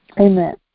Amen